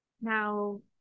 Now